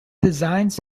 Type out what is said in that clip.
designs